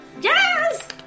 Yes